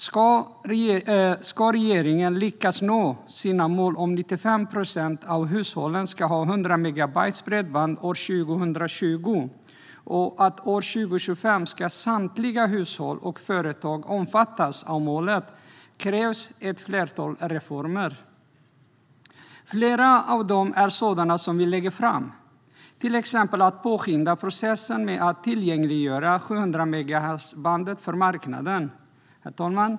Ska regeringen lyckas nå sina mål om att 95 procent av hushållen ska ha bredband med 100 megabit år 2020 och att samtliga hushåll och företag ska omfattas av målet år 2025 krävs ett flertal reformer. Flera av dem är sådana som vi lägger fram, till exempel att påskynda processen med att tillgängliggöra 700-megahertzbandet för marknaden. Herr talman!